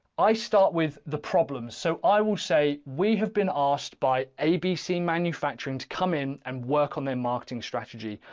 i start with the problems. so i will say we have been asked by abc manufacturing to come in and work on their marketing strategy.